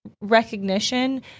recognition